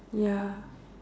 ya